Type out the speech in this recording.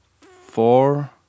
four